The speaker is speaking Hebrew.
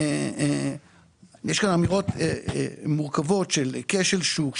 יש כאן אמירות של כשל שוק,